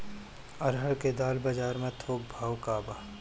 अरहर क दाल बजार में थोक भाव का बा?